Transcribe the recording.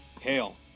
hail